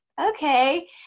okay